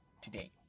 today